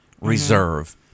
reserve